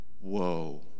Whoa